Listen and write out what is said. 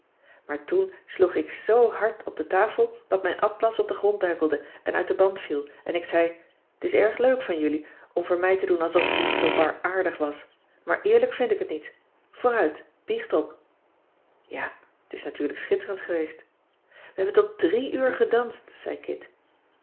maar toen sloeg ik zoo hard op de tafel dat mijn atlas op den grond duikelde en uit den band viel en ik zei t is erg leuk van jullie om voor mij te doen alsof t niet zoo bar aardig was maar eerlijk vind ik het niet vooruit biecht op ja t is natuurlijk schitterend geweest we hebben tot drie uur gedanst zei kit